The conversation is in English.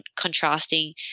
contrasting